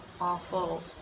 awful